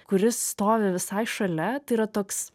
kuris stovi visai šalia yra toks